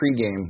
pregame